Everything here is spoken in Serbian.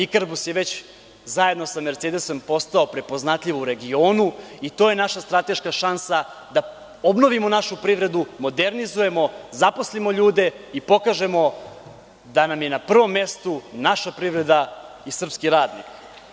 Ikarbus“ je već, zajedno sa „Mercedesom“, postao prepoznatljiv u regionu i to je naša strateška šansa da obnovimo našu privredu, modernizujemo, zaposlimo ljude i pokažemo da nam je na prvom mestu naša privreda i srpski radnik.